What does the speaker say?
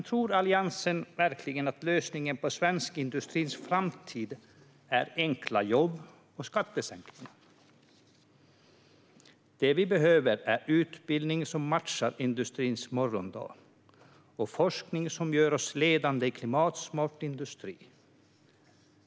Tror Alliansen verkligen att lösningen för svensk industris framtid är enkla jobb och skattesänkningar? Det vi behöver är utbildning som matchar industrins morgondag och forskning som gör oss ledande i klimatsmart industri.